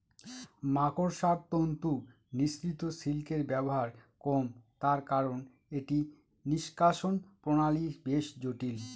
মাকড়সার তন্তু নিঃসৃত সিল্কের ব্যবহার কম তার কারন এটি নিঃষ্কাষণ প্রণালী বেশ জটিল